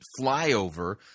flyover